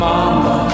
Mama